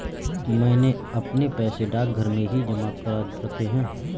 मैंने अपने पैसे डाकघर में ही जमा करा रखे हैं